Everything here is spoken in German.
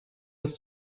ist